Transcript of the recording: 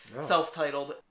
self-titled